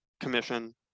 commission